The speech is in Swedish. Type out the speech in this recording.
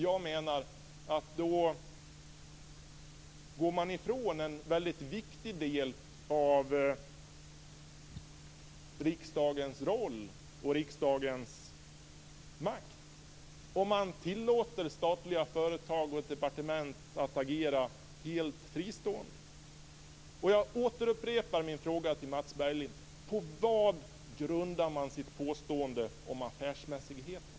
Jag menar att man går ifrån en väldigt viktig del av riksdagens roll och makt om man tillåter statliga företag och ett departement att agera helt fristående. Jag upprepar min fråga till Mats Berglind: På vad grundar man sitt påstående om affärsmässigheten?